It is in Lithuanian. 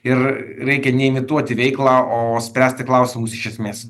ir reikia ne imituoti veiklą o spręsti klausimus iš esmės